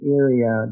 area